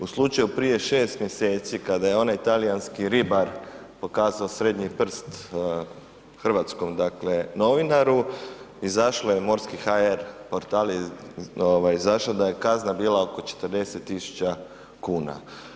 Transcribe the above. U slučaju prije 6 mj. kada je onaj talijanski ribar pokazao srednji prst hrvatskom novinaru, izašao je morski.hr, portal je izašao da je kazna bila oko 40 000 kuna.